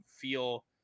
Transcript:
feel